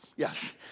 Yes